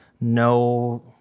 no